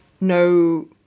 no